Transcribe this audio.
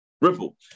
Ripple